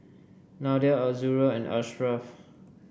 Nadia Azura and Ashraff